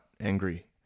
angry